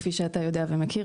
כפי שאתה יודע ומכיר,